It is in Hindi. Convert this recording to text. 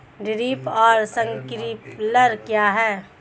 ड्रिप और स्प्रिंकलर क्या हैं?